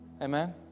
Amen